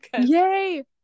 Yay